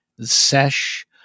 sesh